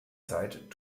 zeit